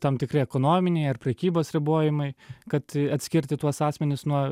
tam tikri ekonominiai ar prekybos ribojimai kad atskirti tuos asmenis nuo